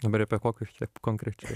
dabar apie kokius čia konkrečiau